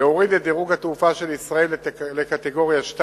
להוריד את דירוג התעופה של ישראל ל"קטגוריה 2"